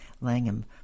Langham